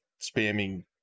spamming